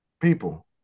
people